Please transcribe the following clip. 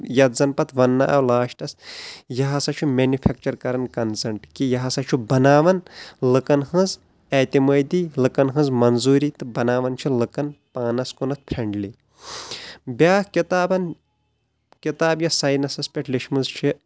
یتھ زَن پتہٕ وننہٕ آو لاسٹس یہِ ہسا چھِ میٚنِفیٚکچر کران کنسنٛٹ کہِ یہِ ہسا چھُ بناوان لُکن ہٕنٛز اعتِمٲدی لُکن ہنٛز منظوری تہٕ بناوان چھُ لُکن پانس کُنتھ فریٚنٛڈلی بیٚاکھ کِتابن کِتاب یۄس ساینسس پٮ۪ٹھ لیٖچمٕژ چھِ